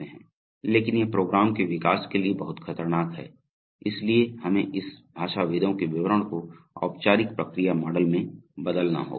लेकिन यह प्रोग्राम के विकास के लिए बहुत खतरनाक है इसलिए हमें इस भाषाविदों के विवरण को औपचारिक प्रक्रिया मॉडल में बदलना होगा